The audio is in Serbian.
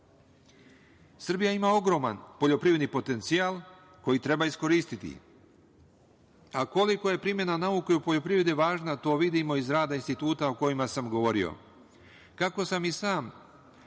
ima ogroman poljoprivredni potencijal koji treba iskoristiti. Kolika je primena nauke u poljoprivredi važna to vidimo iz rada instituta o kojima sam govorio. Kako sam i sam